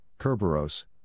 Kerberos